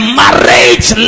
marriage